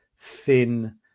thin